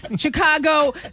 Chicago